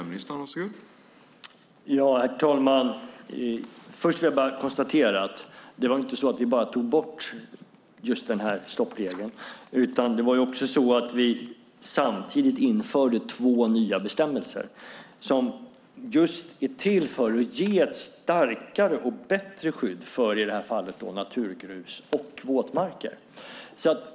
Herr talman! Låt mig först konstatera att vi inte bara tog bort stoppregeln utan vidare, utan vi införde samtidigt två nya bestämmelser som är till för att just ge ett starkare och bättre skydd för naturgrus och våtmarker.